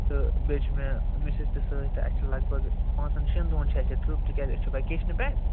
تہٕ بیٚیہِ چھِ مےٚ مِس اِز تہِ سۭتۍ تہٕ اَ سہِ چھِ لگ بگ بانٛژن شیٚن دۄہن چھِ اَسہِ یہِ ٹٕرپ تِکیٛازِ أسۍ چھِ وَکیشنہِ پٮ۪ٹھ